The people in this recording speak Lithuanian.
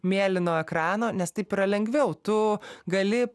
mėlyno ekrano nes taip yra lengviau tu gali